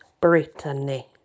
Brittany